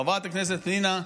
חברת הכנסת פנינה,